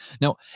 Now